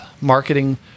marketing